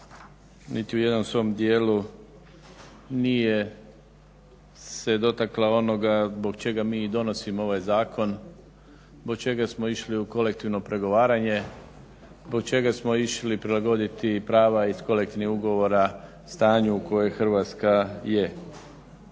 niti u jednom svom dijelu nije se dotakla onoga zbog čega mi i donosimo ovaj zakon, zbog čega smo išli u kolektivno pregovaranje, zbog čega smo išli prilagoditi prava iz kolektivnih ugovora stanju u kojem Hrvatska je.